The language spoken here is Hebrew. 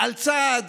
על צעד